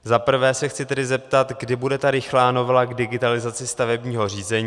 Za prvé se chci zeptat, kdy bude rychlá novela k digitalizaci stavebního řízení.